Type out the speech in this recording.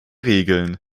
regeln